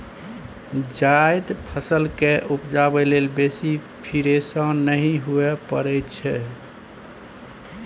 जायद फसल केँ उपजाबै लेल बेसी फिरेशान नहि हुअए परै छै